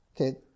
Okay